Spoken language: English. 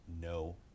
no